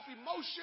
emotion